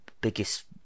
biggest